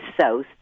south